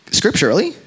scripturally